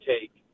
take